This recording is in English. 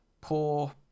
poor